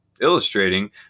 illustrating